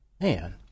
man